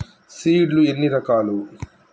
Seed లు ఎన్ని రకాలు?